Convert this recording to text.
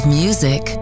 music